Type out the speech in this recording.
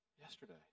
yesterday